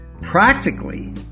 practically